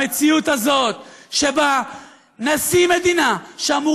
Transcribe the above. המציאות הזאת שבה נשיא מדינה שאמור